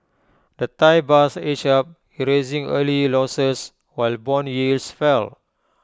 the Thai bahts edged up erasing early losses while Bond yields fell